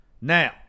now